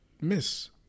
miss